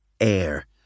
air